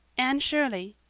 anne shirley,